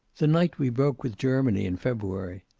the night we broke with germany in february.